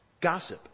Gossip